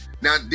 Now